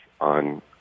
on